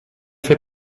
fait